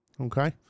okay